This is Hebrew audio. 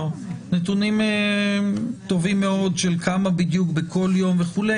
נתונים טובים מאוד של כמה בדיוק בכל יום וכו',